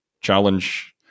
challenge